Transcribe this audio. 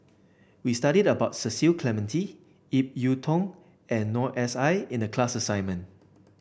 we studied about Cecil Clementi Ip Yiu Tung and Noor S I in the class assignment